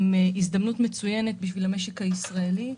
הן הזדמנות מצוינת למשק הישראלי.